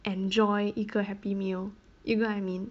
enjoy 一个 happy meal you know what I mean